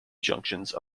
junctions